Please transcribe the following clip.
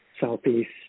southeast